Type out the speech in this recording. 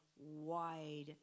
wide